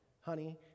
honey